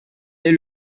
est